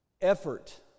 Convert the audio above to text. Effort